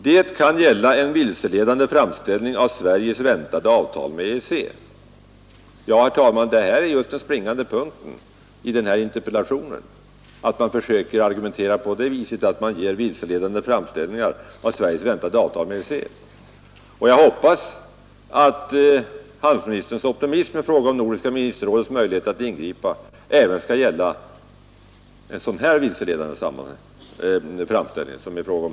Det kan gälla en vilseledande framställning av Sveriges väntade avtal med EEC ———.” Ja, herr talman, den springande punkten i interpellationen är just att man försöker argumentera genom att ge en vilseledande framställning av Sveriges väntade avtal med EEC. Jag hoppas att handelsministerns optimism i fråga om nordiska ministerrådets möjligheter att ingripa även skall gälla den vilseledande framställning det här kan bli fråga om.